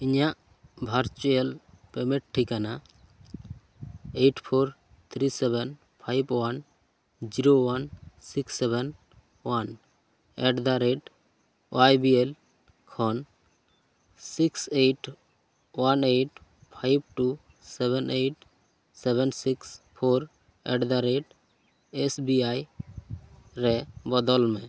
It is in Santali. ᱤᱧᱟᱹᱜ ᱵᱷᱟᱨᱪᱩᱭᱮᱞ ᱯᱮᱢᱮᱱᱴ ᱴᱷᱤᱠᱟᱹᱱᱟ eight four three seven five one zero one six seven one at the rate Y B L ᱠᱷᱚᱱ six eight one eight five two seven eight seven six four at the rate S B I ᱨᱮ ᱵᱚᱫᱚᱞ ᱢᱮ